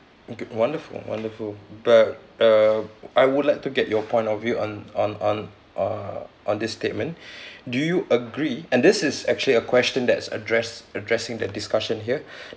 okay wonderful wonderful but uh I would like to get your point of view on on on uh on this statement do you agree and this is actually a question that's address addressing the discussion here